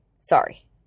sorry